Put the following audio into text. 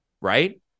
right